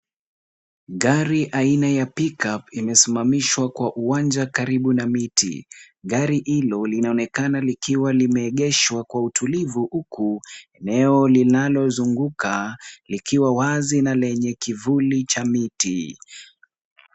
Gari aina ya pickup imesimamishwa kwa uwanja karibu na miti. Gari hilo linaonekana likiwa limeegeshwa kwa utulivu, huku eneo linalozunguka likiwa wazi na lenye kivuli cha miti.